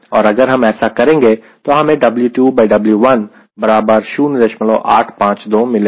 और अगर हम ऐसा करेंगे तो हमें W2W1 बराबर 0852 मिलेगा